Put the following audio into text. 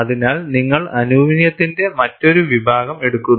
അതിനാൽ നിങ്ങൾ അലുമിനിയത്തിന്റെ മറ്റൊരു വിഭാഗം എടുക്കുന്നു